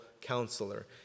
counselor